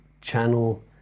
channel